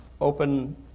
open